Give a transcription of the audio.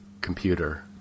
computer